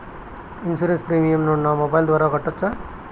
Insurance premium ను నా mobile ద్వారా కట్టొచ్చా?